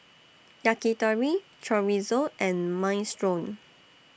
Yakitori Chorizo and Minestrone